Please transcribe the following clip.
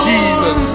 Jesus